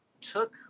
took